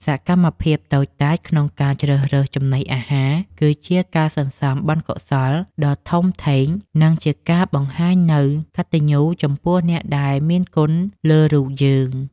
សកម្មភាពតូចតាចក្នុងការជ្រើសរើសចំណីអាហារគឺជាការសន្សំបុណ្យកុសលដ៏ធំធេង និង ជាការបង្ហាញនូវកតញ្ញូតាចំពោះអ្នកដែលមានគុណលើរូបយើង។